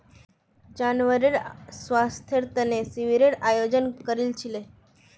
जानवरेर स्वास्थ्येर तने शिविरेर आयोजन करील छिले